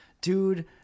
dude